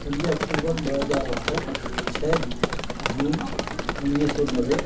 पंज अक्टूबर ॿ हज़ार अठ छह जून उणिवीह सौ नवे